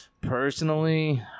Personally